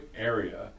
area